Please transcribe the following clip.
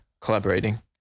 collaborating